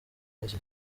n’iki